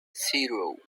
zero